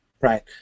right